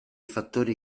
fattori